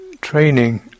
training